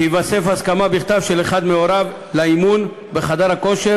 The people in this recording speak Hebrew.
תיווסף הסכמה בכתב של אחד מהוריו לאימון בחדר הכושר,